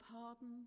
pardon